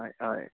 हय हय